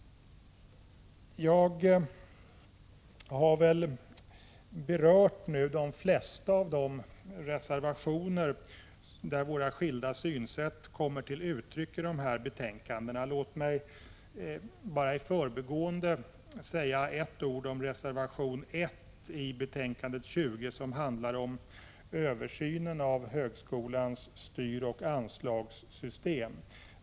Jag har nu berört de flesta av de reservationer i de aktuella betänkandena där våra skilda synsätt kommer till uttryck. I förbigående vill jag bara säga några ord om reservation 1 i betänkande 20, vilken handlar om en översyn av högskolans anslagsoch styrsystem.